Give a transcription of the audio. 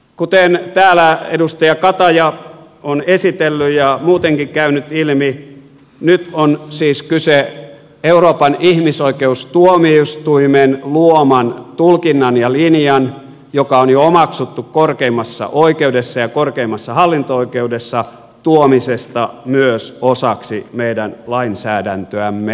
kuten täällä edustaja kataja on esitellyt ja muutenkin käynyt ilmi nyt on siis kyse euroopan ihmisoikeustuomioistuimen luoman tulkinnan ja linjan joka on jo omaksuttu korkeimmassa oikeudessa ja korkeimmassa hallinto oikeudessa tuomisesta myös osaksi meidän lainsäädäntöämme